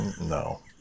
No